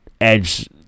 Edge